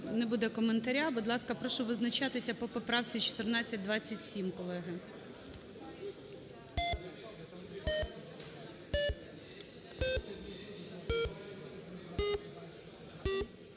Не буде коментаря. Будь ласка, прошу визначатися по поправці 1427, колеги.